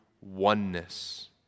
oneness